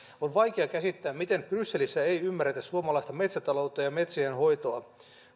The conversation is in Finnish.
on vaikea käsittää miten brysselissä ei ymmärretä suomalaista metsätaloutta ja ja metsienhoitoa